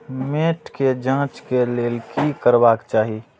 मैट के जांच के लेल कि करबाक चाही?